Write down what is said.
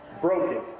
broken